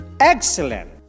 Excellent